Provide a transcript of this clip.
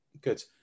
Good